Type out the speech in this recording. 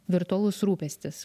virtualus rūpestis